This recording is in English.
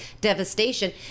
devastation